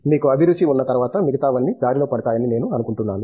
మీకు అభిరుచి ఉన్న తర్వాత మిగతావన్నీ దారిలో పడతాయని నేను అనుకుంటున్నాను